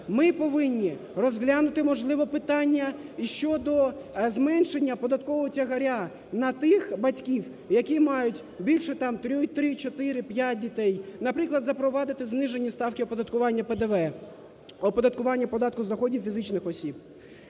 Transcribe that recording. Ми повинні розглянути, можливо, питання і щодо зменшення податкового тягаря на тих батьків, які мають більше там три, чотири, п'ять дітей, наприклад, запровадити знижені ставки оподаткування ПДВ, оподаткування податку з доходів фізичних осіб.